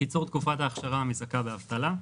קיצור תקופת האכשרה המזכה באבטלה,